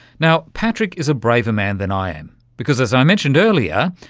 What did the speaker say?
now, patrick is a braver man than i am because, as i mentioned earlier,